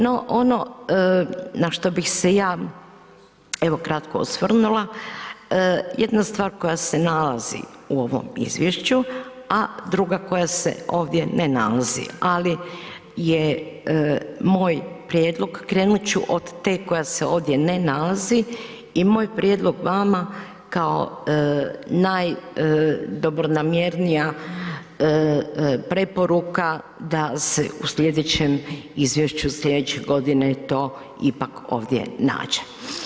No ono na što bih se ja evo kratko osvrnula, jedna stvar koja se nalazi u ovom izvješću, a druga koja se ovdje ne nalazi, ali je moj prijedlog krenut ću od te koja se ovdje ne nalazi i moj prijedlog vama kao najdobronamjernija preporuka da se u sljedećem izvješću sljedeće godine to ipak ovdje naše.